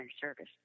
service